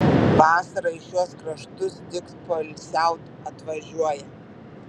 vasarą į šiuos kraštus tik poilsiaut atvažiuoja